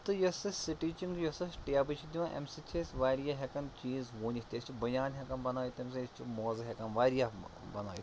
تہٕ یۄس أسۍ سِٹِچِنٛگ یۄس أسۍ ٹیبہٕ چھِ دِوان اَمہِ سۭتۍ چھِ أسۍ واریاہ ہٮ۪کان چیٖز ووٗنِتھ تہِ أسۍ چھِ بٔنیٛان ہٮ۪کان بَنٲیِتھ تَمہِ سۭتۍ أسۍ موزٕ ہٮ۪کان واریاہ بَنٲیِتھ